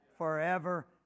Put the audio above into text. Forever